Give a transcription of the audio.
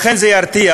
ואכן זה ירתיע.